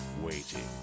waiting